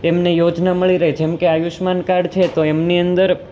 એમને યોજના મળી રહે જેમ કે આયુષ્માન કાર્ડ છે તો એમની અંદર